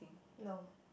no